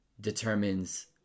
determines